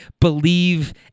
believe